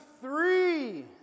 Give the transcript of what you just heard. three